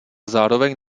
zároveň